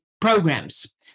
programs